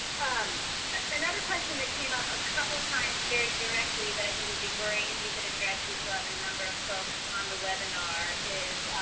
um another question that came up ah a couple times very directly that i think it would be great if you could address we still have a number of folks on the webinar is